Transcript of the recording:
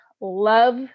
love